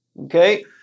okay